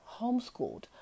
homeschooled